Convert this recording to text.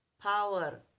power